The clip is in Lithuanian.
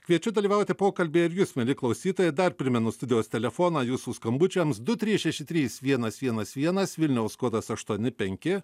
kviečiu dalyvauti pokalbyje ir jus mieli klausytojai dar primenu studijos telefoną jūsų skambučiams du trys šeši trys vienas vienas vienas vilniaus kodas aštuoni penki